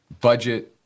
budget